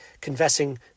confessing